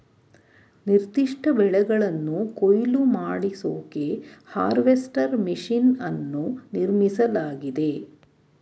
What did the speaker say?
ನಿರ್ದಿಷ್ಟ ಬೆಳೆಗಳನ್ನು ಕೊಯ್ಲು ಮಾಡಿಸೋಕೆ ಹಾರ್ವೆಸ್ಟರ್ ಮೆಷಿನ್ ಅನ್ನು ನಿರ್ಮಿಸಲಾಗಿದೆ